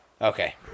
okay